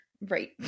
right